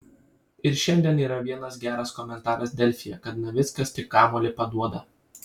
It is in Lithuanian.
ir šiandien yra vienas geras komentaras delfyje kad navickas tik kamuolį paduoda